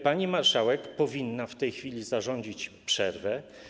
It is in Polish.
Pani marszałek powinna w tej chwili zarządzić przerwę.